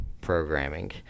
programming